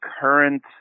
current